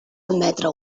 admetre